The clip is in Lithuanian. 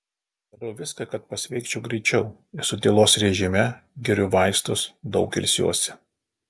darau viską kad pasveikčiau greičiau esu tylos režime geriu vaistus daug ilsiuosi